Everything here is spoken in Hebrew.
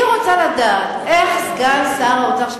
אני רוצה לדעת איך סגן שר האוצר,